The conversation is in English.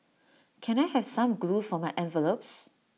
can I have some glue for my envelopes